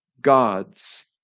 gods